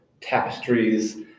tapestries